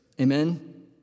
Amen